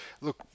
look